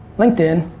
linkedin,